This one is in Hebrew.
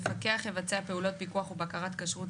פיקוח ובקרת כשרות 2כז. מפקח יבצע פעולות פיקוח ובקרת כשרות